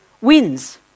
wins